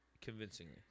convincingly